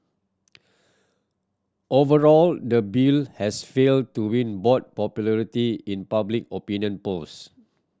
overall the bill has failed to win broad popularity in public opinion polls